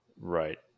right